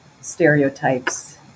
stereotypes